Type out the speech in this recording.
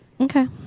Okay